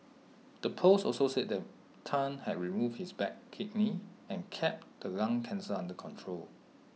the post also said that Tan had removed his bad kidney and kept the lung cancer under control